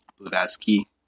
Blavatsky